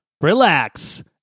relax